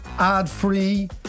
ad-free